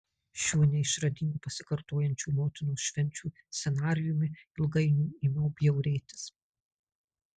šiuo neišradingu pasikartojančių motinos švenčių scenarijumi ilgainiui ėmiau bjaurėtis